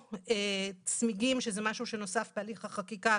או צמיגים, שזה משהו שנוסף בהליך החקיקה,